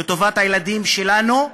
לטובת הילדים שלנו,